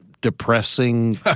depressing